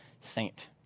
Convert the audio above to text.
saint